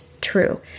true